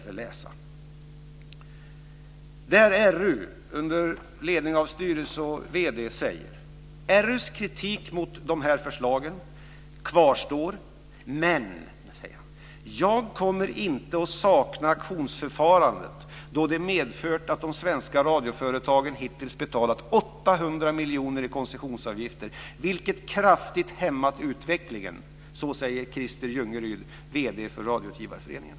RU:s vd och styrelse säger att RU:s kritik mot dessa förslag kvarstår, men man kommer inte att sakna auktionsförfarandet, då det medfört att de svenska radioföretagen hittills betalat 800 miljoner i koncessionsavgifter, vilket kraftigt hämmat utvecklingen. Det säger Christer Jungeryd, vd för Radioutgivareföreningen.